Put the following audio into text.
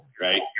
Right